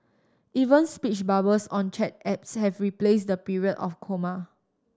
even speech bubbles on chat apps have replaced the period or comma